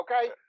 okay